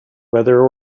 whether